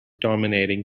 dominating